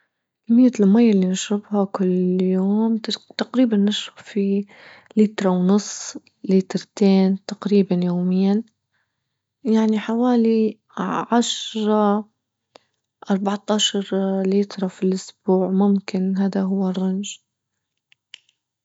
كمية المية اللي نشربها كل يوم تس-تقريبا نشرب فيه لتر ونص ليترتين تقريبا يوميا، يعني حوالي عشرة أربعطعشر ليتر في الاسبوع ممكن هادا هو الرينج.